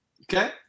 Okay